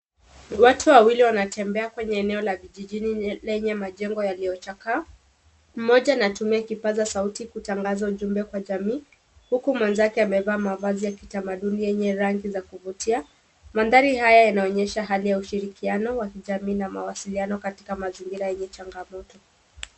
Watu wawili wanatembea kwenye eneo la vijijini lenye majengo yaliyo chakaa. Mmoja anatumia kipaza sauti kutangaza ujumbe kwa jamii huku mwenzake amevaa mavazi ya kitamaduni yenye rangi za kuvutia. Mandhari haya yanaonyesha hali ya ushirikiano wa kijamii na mawasiliano katika mazingira yenye changamoto.